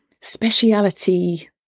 speciality